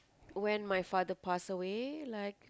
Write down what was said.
when my father pass away like